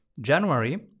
January